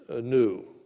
new